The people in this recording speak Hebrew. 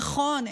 נכון,